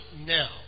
now